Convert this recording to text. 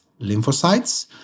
lymphocytes